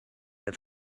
that